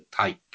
take